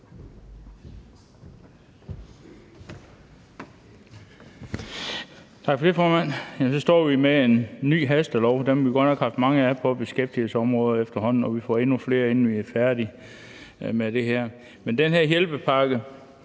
Tak for det, formand. Så står vi med en ny hastelov. Dem har vi efterhånden godt nok haft mange af på beskæftigelsesområdet, og vi får endnu flere, inden vi er færdige med det her. Den her hjælpepakke